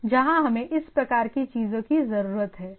अलग अलग जगहें हैं जहाँ हमें इस प्रकार की चीज़ की ज़रूरत है